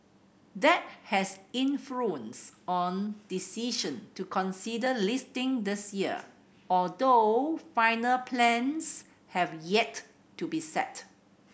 that has influenced on decision to consider listing this year although final plans have yet to be set